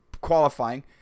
qualifying